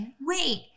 Wait